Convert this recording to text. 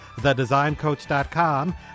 TheDesignCoach.com